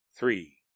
three